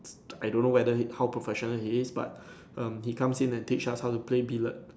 I don't know whether how professional he is but um he comes in and teach us how to play billet